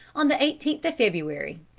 on the eighteenth february,